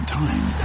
time